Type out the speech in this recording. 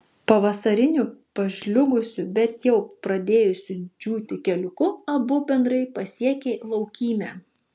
pavasariniu pažliugusiu bet jau pradėjusiu džiūti keliuku abu bendrai pasiekė laukymę